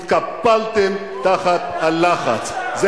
התקפלתם תחת הלחץ.